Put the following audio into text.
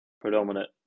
predominant